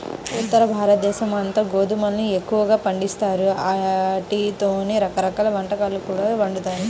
ఉత్తరభారతదేశమంతా గోధుమల్ని ఎక్కువగా పండిత్తారు, ఆటితోనే రకరకాల వంటకాలు కూడా వండుతారు